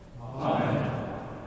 Amen